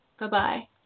Bye-bye